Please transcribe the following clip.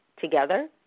together